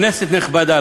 כנסת נכבדה,